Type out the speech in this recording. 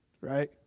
right